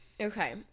Okay